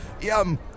Yum